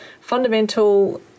fundamental